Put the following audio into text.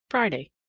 friday,